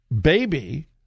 baby